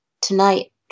Tonight